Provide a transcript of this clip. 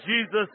Jesus